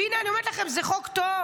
והינה אני אומרת לכם, זה חוק טוב,